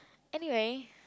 anyway